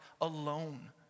alone